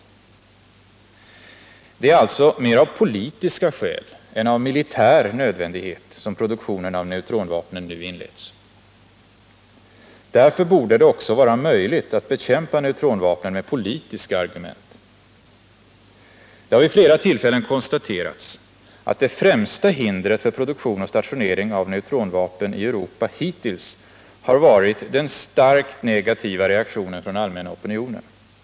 Det är alltså mer av politiska skäl än av militär nödvändighet som produktionen av neutronvapnen nu inletts. Därför borde det också vara möjligt att bekämpa neutronvapnen med politiska argument. Det har vid flera tillfällen konstaterats att det främsta hindret för produktion och stationering av neutronvapen i Europa hittills har varit den starkt negativa reaktionen från den allmänna opinionen.